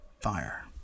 fire